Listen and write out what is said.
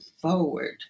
forward